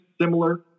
similar